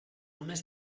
només